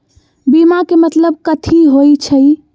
बीमा के मतलब कथी होई छई?